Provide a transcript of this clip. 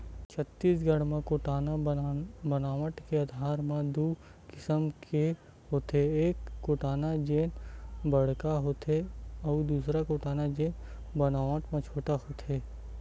छत्तीसगढ़ म कोटना बनावट के आधार म दू किसम के होथे, एक कोटना जेन बड़का होथे अउ दूसर कोटना जेन बनावट म छोटे होथे